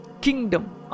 kingdom